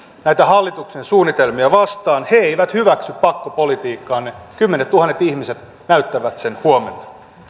näitä hallituksen suunnitelmia vastaan he eivät hyväksy pakkopolitiikkaanne kymmenettuhannet ihmiset näyttävät sen huomenna